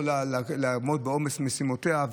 שלא יכולה לעמוד בעומס משימותיה,